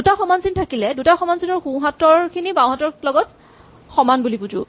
দুটা সমান চিন থাকিলে দুটা সমান চিনৰ সোঁহাতৰ খিনি বাওঁহাতৰ লগত সমান বুলি বুজো